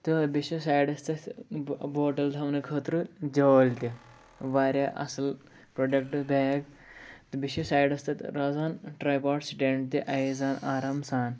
تہٕ بیٚیہِ چھِ سایڈَس تَتھ بوٹَل تھاونہٕ خٲطرٕ جٲلۍ تہِ واریاہ اَصٕل پرٛوڈَکٹ بیگ تہٕ بیٚیہِ چھِ سایڈَس تَتھ روزان ٹرٛاے پاٹ سِٹینٛڈ تہِ آیزان آرام سان